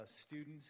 students